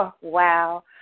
Wow